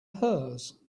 hers